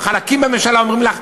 חלקים בממשלה אומרים לך: